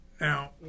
now